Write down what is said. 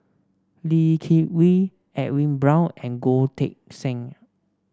Lee Kip Lee Edwin Brown and Goh Teck Sian